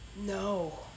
no